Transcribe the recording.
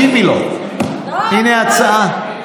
תשיבי לו, הינה הצעה.